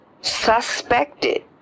suspected